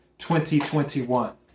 2021